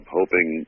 hoping